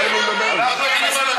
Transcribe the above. באנו לדבר על זה.